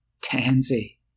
Tansy